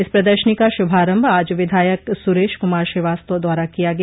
इस प्रदर्शनी का शुभारम्भ आज विधायक सुरेश कुमार श्रीवास्तव द्वारा किया गया